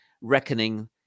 reckoning